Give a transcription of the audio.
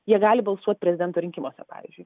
jie gali balsuot prezidento rinkimuose pavyzdžiui